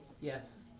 Yes